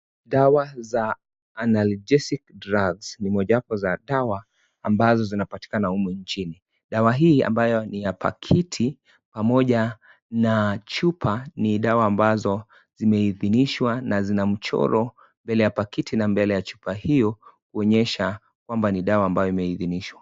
Dawa za Analgesic Drugs ni mojawapo za dawa, ambazo zinapatikana humu nchini. Dawa hii ambayo ni ya pakiti, pamoja na chupa ni dawa ambazo zimeithinishwa, na zina mchoro mbele ya pakiti na mbele ya chupa hiyo, kuonyesha kwamba ni dawa ambayo imeithinishwa.